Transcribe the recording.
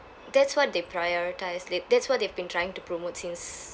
that's what they prioritise they that's what they've been trying to promote since